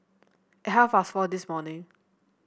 at half past four this morning